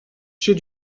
chez